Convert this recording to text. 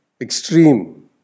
extreme